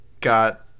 got